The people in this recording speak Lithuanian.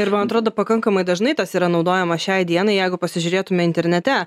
ir man atrodo pakankamai dažnai tas yra naudojama šiai dienai jeigu pasižiūrėtume internete